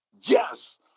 Yes